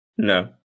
No